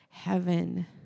Heaven